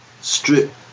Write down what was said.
strip